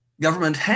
government